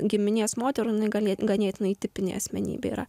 giminės moterų jinai ganė ganėtinai tipinė asmenybė yra